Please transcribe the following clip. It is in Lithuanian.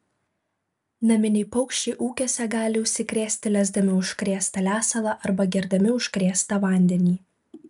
naminiai paukščiai ūkiuose gali užsikrėsti lesdami užkrėstą lesalą arba gerdami užkrėstą vandenį